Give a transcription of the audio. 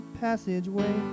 passageway